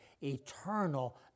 eternal